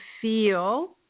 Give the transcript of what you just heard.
feel